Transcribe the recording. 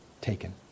taken